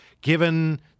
Given